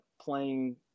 playing